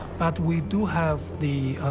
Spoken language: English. but we do have the,